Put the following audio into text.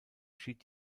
schied